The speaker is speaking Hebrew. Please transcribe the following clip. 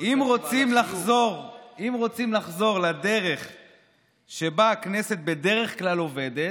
"אם רוצים לחזור לדרך שבה הכנסת בדרך כלל עובדת,